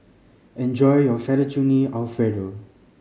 enjoy your Fettuccine Alfredo